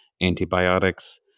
antibiotics